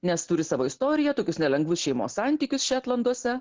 nes turi savo istoriją tokius nelengvus šeimos santykius šetlanduose